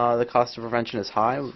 ah the cost of prevention is high.